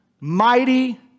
mighty